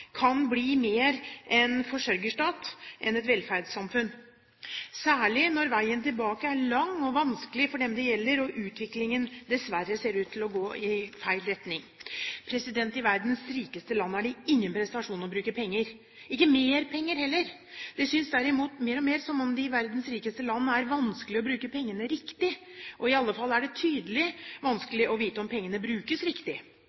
kan bli mer en forsørgerstat enn et velferdssamfunn, særlig når veien tilbake er lang og vanskelig for dem det gjelder, og utviklingen dessverre ser ut til å gå i feil retning. I verdens rikeste land er det ingen prestasjon å bruke penger – ikke mer penger, heller. Det synes derimot mer og mer som om det i verdens rikeste land er vanskelig å bruke pengene riktig. I alle fall er det tydelig vanskelig å vite om pengene brukes riktig.